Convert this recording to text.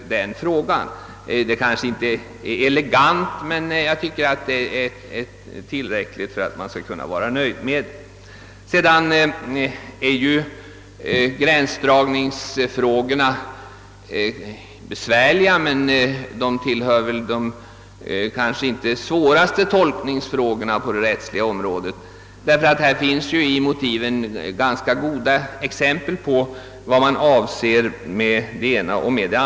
Lösningen är kanske inte elegant, men enligt min uppfattning kan man vara nöjd med den. Gränsdragningsfrågorna är besvärliga men tillhör inte de svåraste tolkningsfrågorna på det rättsliga området. Här finns nämligen i motiven ganska goda exempel på vad som avses med de olika begreppen.